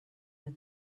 the